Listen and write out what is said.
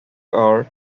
are